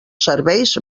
serveis